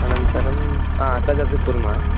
अनन्तरं तदपि कुर्मः